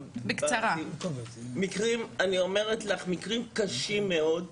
מקרים קשים מאוד,